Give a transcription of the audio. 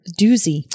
Doozy